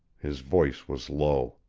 his voice was low.